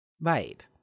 Right